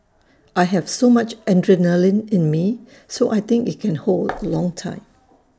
I have so much adrenaline in me so I think IT can hold A long time